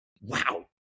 Wow